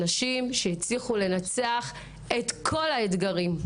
נשים שהצליחו לנצח את כל האתגרים.